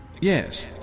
Yes